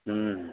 हुँ